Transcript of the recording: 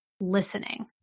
listening